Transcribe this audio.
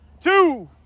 two